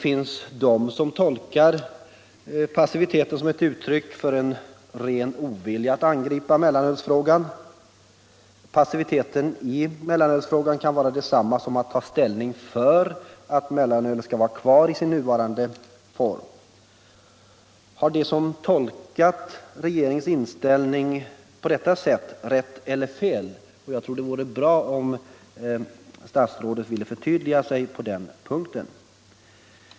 Många tolkar denna passivitet som ett uttryck för en ren ovilja att angripa mellanölsfrågan. Man kan också tolka den som ett ställningstagande för att mellanölet skall vara kvar i nuvarande utsträckning. Har de som tolkat regeringens inställning till mellanölsfrågan på detta sätt rätt eller fel? Jag tror att det vore bra om statsrådet ville förtydliga sig på den punkten.